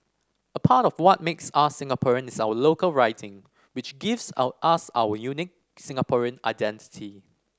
a part of what makes us Singaporean is our local writing which gives out us our unique Singaporean identity